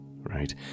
right